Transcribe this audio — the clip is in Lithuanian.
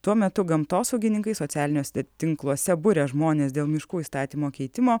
tuo metu gamtosaugininkai socialiniuose tinkluose buria žmones dėl miškų įstatymo keitimo